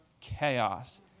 chaos